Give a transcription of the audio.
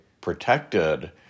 protected